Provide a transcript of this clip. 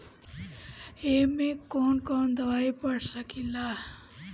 ए में कौन कौन दवाई पढ़ सके ला?